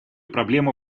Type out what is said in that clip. проблему